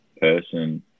person